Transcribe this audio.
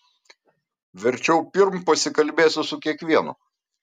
verčiau pirm pasikalbėsiu su kiekvienu